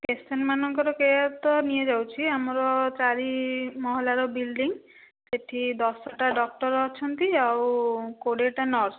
ପେସେଣ୍ଟମାନଙ୍କର care ତ ନିଆଯାଉଛି ଆମର ଚାରିମହଲାର ବିଲ୍ଡିଂ ସେଠି ଦଶଟା ଡକ୍ଟର ଅଛନ୍ତି ଆଉ କୋଡ଼ିଏଟା ନର୍ସ